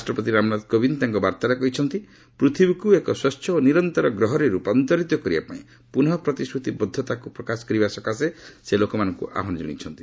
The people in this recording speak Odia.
ରାଷ୍ଟ୍ରପତି ରାମନାଥ କୋବିନ୍ଦ ତାଙ୍କ ବାର୍ତ୍ତାରେ କହିଛନ୍ତି ପୂଥିବୀକୁ ଏକ ସ୍ୱଚ୍ଚ ଓ ନିରନ୍ତର ଗ୍ରହରେ ରୂପାନ୍ତରିତ କରିବା ପାଇଁ ପୁନଃପ୍ରତିଶ୍ରତିବଦ୍ଧତାକୁ ପ୍ରକାଶ କରିବା ସକାଶେ ଲୋକମାନଙ୍କୁ ଆହ୍ୱାନ ଜଣାଇଛନ୍ତି